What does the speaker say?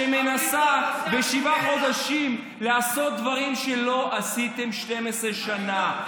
שמנסה בשבעה חודשים לעשות דברים שלא עשיתם 12 שנה.